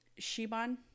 shiban